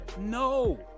No